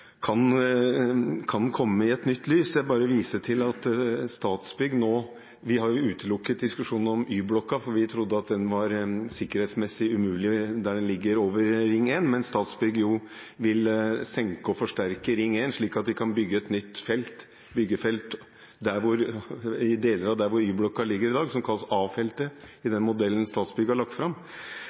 kan komme i et nytt lys. Vi har utelukket diskusjonen om Y-blokka, fordi vi trodde at den var sikkerhetsmessig umulig, der den ligger over Ring 1, men Statsbygg vil jo senke og forsterke Ring 1, slik at vi kan ha et nytt byggefelt i deler av det området hvor Y-blokka ligger i dag, som kalles felt A i den modellen som Statsbygg har lagt fram.